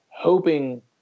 Hoping